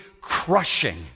crushing